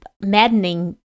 maddening